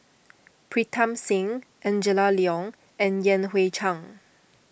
Pritam Singh Angela Liong and Yan Hui Chang